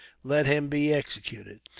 let him be executed.